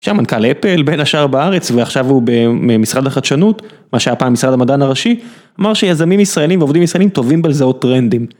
שם מנכ״ל אפל בין השאר בארץ ועכשיו הוא במשרד החדשנות מה שהיה פעם משרד המדען הראשי אמר שיזמים ישראלים ועובדים ישראלים טובים בלזהות טרנדים.